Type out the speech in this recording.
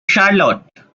charlotte